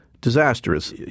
disastrous